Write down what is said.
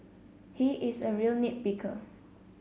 he is a real nit picker